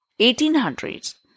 1800s